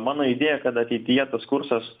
mano idėja kad ateityje tas kursas